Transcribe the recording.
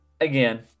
again